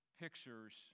pictures